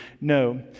No